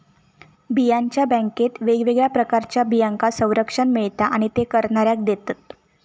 बियांच्या बॅन्केत वेगवेगळ्या प्रकारच्या बियांका संरक्षण मिळता आणि ते करणाऱ्याक देतत